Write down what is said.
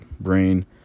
brain